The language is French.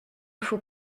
faut